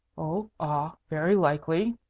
oh ah, very likely,